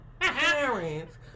parents